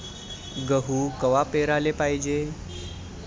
गहू कवा पेराले पायजे?